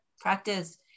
practice